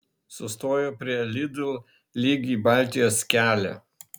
sustojo prie lidl lyg į baltijos kelią